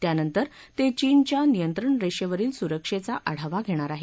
त्यानंतर ते चीनच्या नियंत्रण रेषेवरील सुरक्षेचा आढावा घेणार आहेत